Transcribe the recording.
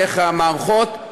דרך המערכות,